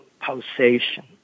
pulsation